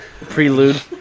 Prelude